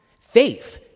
Faith